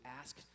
ask